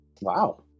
Wow